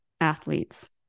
athletes